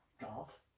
golf